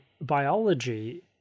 biology